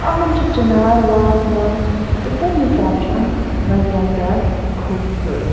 یِمن چھِ چنار باغ مَنٛز تہٕ تَمہِ حِساب چھِ یِم واریاہ زیادٕ خوبصوٗرت